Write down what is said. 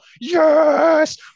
yes